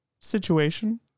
situation